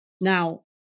Now